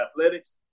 athletics